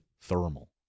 Thermal